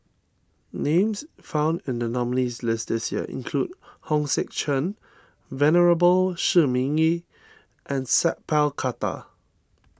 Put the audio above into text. names found in the nominees' list this year include Hong Sek Chern Venerable Shi Ming Yi and Sat Pal Khattar